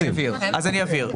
אני אבהיר.